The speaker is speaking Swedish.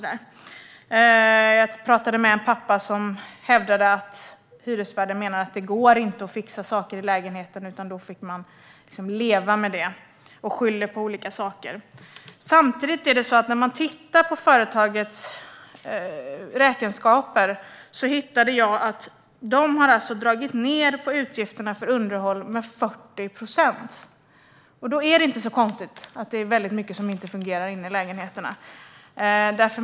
Jag pratade med en pappa som hävdade att hyresvärden menade att det inte går att fixa saker i lägenheten utan att man får leva med det. Man skyller på olika saker. När jag tittade på företagets räkenskaper fann jag att man har dragit ned på utgifterna för underhåll med 40 procent. Då är det inte så konstigt att det är väldigt mycket som inte fungerar inne i lägenheterna.